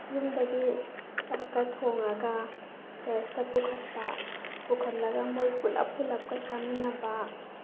ꯌꯨꯝꯗꯒꯤ ꯆꯥꯛꯀ ꯊꯣꯡꯉꯒ ꯆꯔꯆꯇ ꯄꯨꯈꯠꯄ ꯄꯨꯈꯠꯂꯒ ꯃꯣꯏ ꯄꯨꯂꯞ ꯄꯨꯂꯞꯀ ꯆꯥꯃꯤꯟꯅꯕ